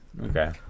Okay